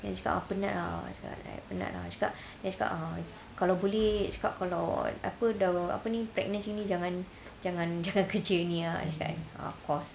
then dia cakap oh penat ah penat ah dia cakap kalau boleh dia cakap kalau apa dah apa ni pregnant macam ni jangan jangan jangan kerja ni ah dia cakap kan of course